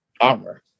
armor